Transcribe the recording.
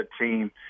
team